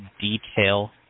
detail